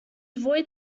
avoid